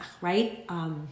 right